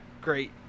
great